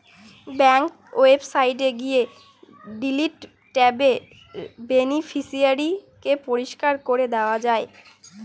bank ওয়েবসাইটে গিয়ে delete ট্যাবে বেনিফিশিয়ারি কে পরিষ্কার করে দেওয়া যায়